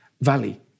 valley